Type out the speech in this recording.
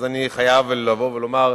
אז אני חייב לבוא ולומר: